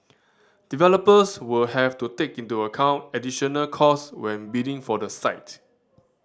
developers will have to take into account additional cost when bidding for the site